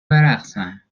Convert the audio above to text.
برقصم